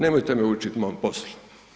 Nemojte me učit mom poslu.